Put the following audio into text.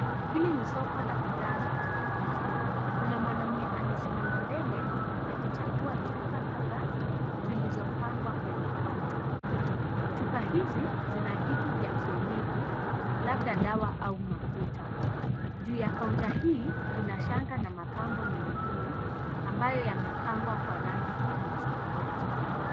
Hili ni sokonla bidhaa za kienyeji ,kuna mwanaume amesimama mbele akivhagua chupa kadhaa ziizopangwa kwenye kaunta . Chupa hizo zina vitu za kienyeji labda dawa au mafuta, juu ya kaunta hii kuna shanga na mapambo mengine ambayo yamepangwa kwa rangi tofauti tofauti.